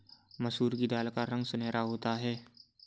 मसूर की दाल का रंग सुनहरा होता है